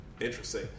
Interesting